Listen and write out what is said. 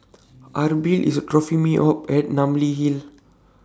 Abril IS dropping Me off At Namly Hill